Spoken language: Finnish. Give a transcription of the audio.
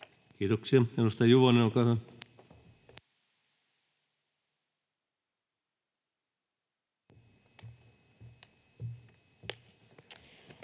Kiitoksia. — Edustaja Juvonen, olkaa